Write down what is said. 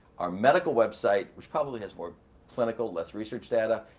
our medical website, which probably has more clinical less research data,